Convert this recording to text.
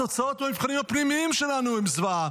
התוצאות במבחנים הפנימיים שלנו הן זוועה,